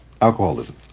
alcoholism